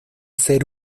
ser